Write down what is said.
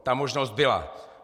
Ta možnost byla.